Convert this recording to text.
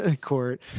court